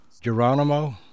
Geronimo